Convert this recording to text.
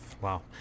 Wow